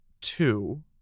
two